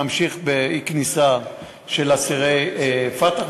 להמשיך באי-כניסה לאסירי "פתח",